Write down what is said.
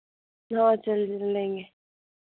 हाँ चल लेंगे